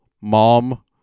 mom